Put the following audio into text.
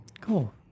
Cool